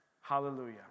Hallelujah